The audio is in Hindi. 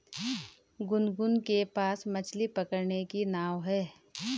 गुनगुन के पास मछ्ली पकड़ने की नाव है